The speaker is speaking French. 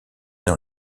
dans